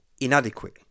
inadequate